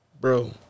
Bro